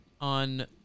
on